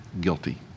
guilty